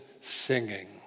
singing